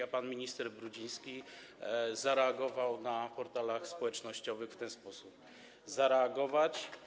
A pan minister Brudziński zareagował na portalach społecznościowych w ten sposób: Zareagować?